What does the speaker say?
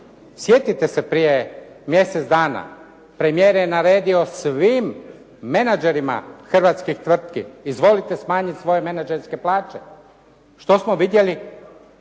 sjetite se prije mjesec dana, premijer je naredio svim menadžerima hrvatskih tvrtki izvolite smanjiti svoje menadžerske plaće. Što smo vidjeli?